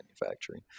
manufacturing